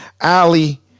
ali